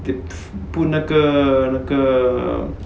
it's 不那个那个